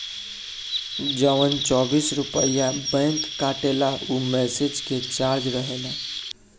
जवन चौबीस रुपइया बैंक काटेला ऊ मैसेज के चार्ज रहेला